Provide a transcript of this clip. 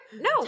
No